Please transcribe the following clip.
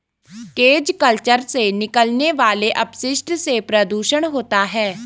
cage culture से निकलने वाले अपशिष्ट से प्रदुषण होता है